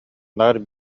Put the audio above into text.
наар